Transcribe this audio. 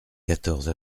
quatorze